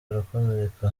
arakomereka